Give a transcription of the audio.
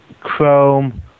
Chrome